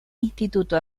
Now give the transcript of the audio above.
instituto